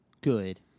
good